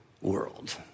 world